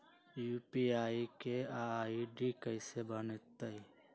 UPI के ID कैसे बनतई?